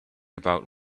about